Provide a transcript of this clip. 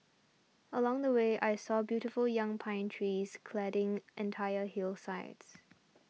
along the way I saw beautiful young pine trees cladding entire hillsides